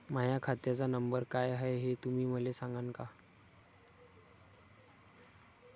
माह्या खात्याचा नंबर काय हाय हे तुम्ही मले सागांन का?